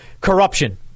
corruption